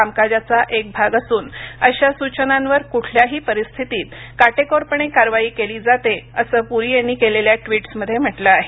कामकाजाचा एक भाग असून अशा सूचनांवर कुठल्याही परिस्थितीत काटेकोरपणे कारवाई केली जाते असं पुरी यांनी केलेल्या ट्विटस् मध्ये म्हटलं आहे